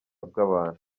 bw’abantu